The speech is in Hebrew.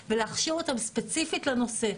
ולהכשיר אותם ספציפית לנושא.